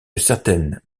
certaines